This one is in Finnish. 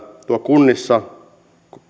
kunnissa